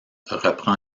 reprend